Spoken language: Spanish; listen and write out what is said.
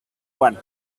juan